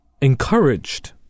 encouraged